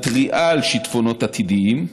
מתריעה על שיטפונות עתידיים,